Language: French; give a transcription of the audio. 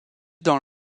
dans